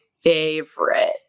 favorite